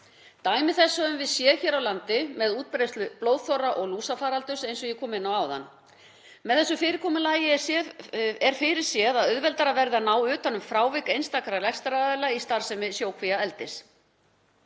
Dæmi þess höfum við séð hér á landi með útbreiðslu blóðþorra og lúsafaraldurs, eins og ég kom inn á áðan. Með þessu fyrirkomulagi er fyrirséð að auðveldara verði að ná utan um frávik einstakra rekstraraðila í starfsemi sjókvíaeldis.